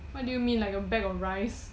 what do you mean like a bag of rice